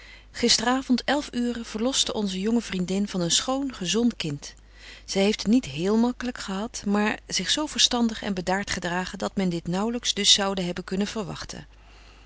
avond elf uuren verloste onze jonge vriendin van een schoon gezont kind zy heeft het niet héél gemaklyk gehad maar zich zo verstandig en bedaart gedragen dat men dit naauwlyks dus zoude hebben kunnen verwagten